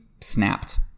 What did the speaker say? snapped